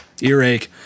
Earache